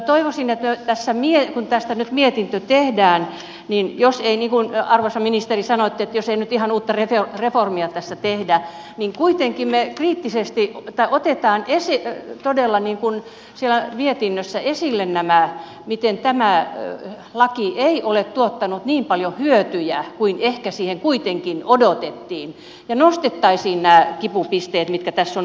kyllä minä toivoisin että kun tästä nyt mietintö tehdään niin jos ei niin kuin arvoisa ministeri sanoitte nyt ihan uutta reformia tässä tehdä niin kuitenkin kriittisesti otetaan todella siellä mietinnössä esille miten tämä laki ei ole tuottanut niin paljon hyötyjä kuin ehkä siltä kuitenkin odotettiin ja nostettaisiin nämä kipupisteet mitkä tässä ovat olleet puheissa